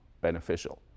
beneficial